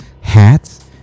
hats